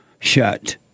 shut